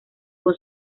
con